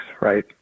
right